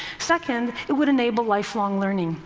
second, it would enable lifelong learning.